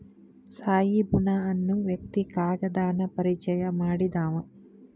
ತ್ಸಾಯಿ ಬುನಾ ಅನ್ನು ವ್ಯಕ್ತಿ ಕಾಗದಾನ ಪರಿಚಯಾ ಮಾಡಿದಾವ